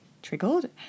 triggered